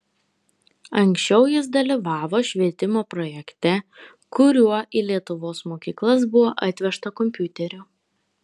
anksčiau jis dalyvavo švietimo projekte kuriuo į lietuvos mokyklas buvo atvežta kompiuterių